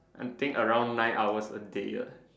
I think around nine hours a day